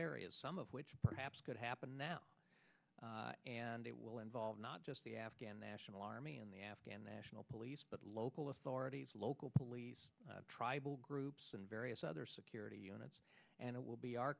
some of which perhaps could happen now and it will involve not just the afghan national army and the afghan national police but local authorities local police tribal groups and various other security and it will be our